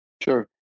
Sure